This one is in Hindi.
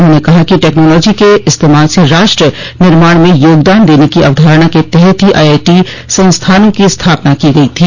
उन्होंने कहा कि टेक्नोलॉजी के इस्तमाल से राष्ट्र निर्माण में योगदान देने की अवधारणा के तहत ही आई आई टी संस्थानों की स्थापना की गई थी